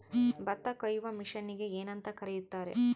ಭತ್ತ ಕೊಯ್ಯುವ ಮಿಷನ್ನಿಗೆ ಏನಂತ ಕರೆಯುತ್ತಾರೆ?